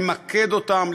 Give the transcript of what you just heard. למקד אותם,